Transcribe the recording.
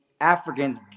Africans